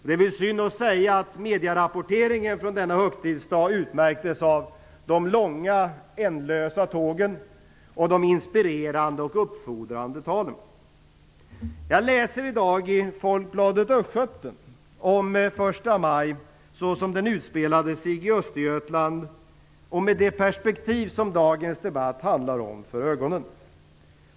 Det vore synd att säga att medierapporteringen från denna högtidsdag utmärktes av de långa, ändlösa tågen och av de inspirerande, uppfordrande talen. Jag läser i dag i Folkbladet Östgöten om första maj såsom den utspelade sig i Östergötland och med det perspektiv som dagens debatt handlar om för ögonen.